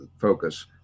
focus